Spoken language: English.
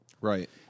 Right